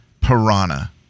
Piranha